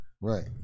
Right